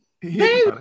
hey